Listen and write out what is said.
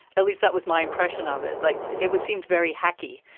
at least that was my impression of it. like it was seemed very hacky.